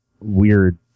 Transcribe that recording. weird